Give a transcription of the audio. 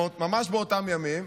ממש באותם ימים,